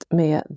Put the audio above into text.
med